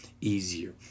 easier